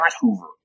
Hoover